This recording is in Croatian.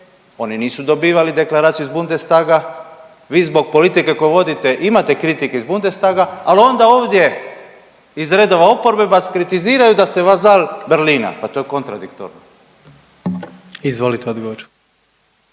oni nisu dobivali deklaraciju iz Bundestaga, vi zbog politike koju vodite imate kritike iz Bundestaga, ali onda ovdje iz redova oporbe vas kritiziraju da ste vazal Berlina. Pa to je kontradiktorno. **Jandroković,